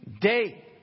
day